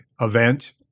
event